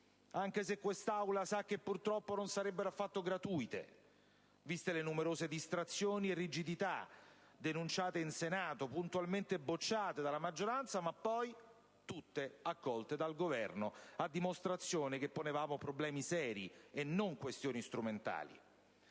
anche se quest'Assemblea sa che purtroppo non sarebbero affatto gratuite, viste le numerose distrazioni e rigidità denunciate in Senato, puntualmente bocciate dalla maggioranza, ma poi tutte accolte dal Governo, a dimostrazione che ponevamo problemi seri e non questioni strumentali.